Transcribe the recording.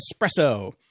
Espresso